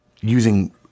using